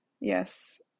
Yes